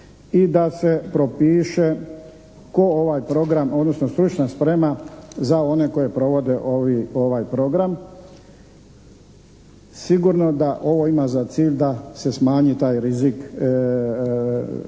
i da se propiše tko ovaj program odnosno stručna sprema za one koje provode ovaj program. Sigurno da ovo ima za cilj da se smanji taj rizik povrede ili